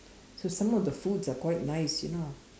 so some of the foods are quite nice you know